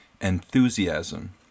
enthusiasm